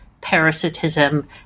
parasitism